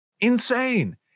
Insane